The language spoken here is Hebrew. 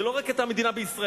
זה לא רק את מדינת ישראל,